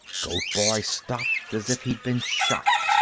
goat-boy stopped as if he'd been shot.